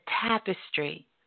tapestry